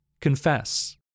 confess